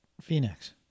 Phoenix